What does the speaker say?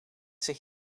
zich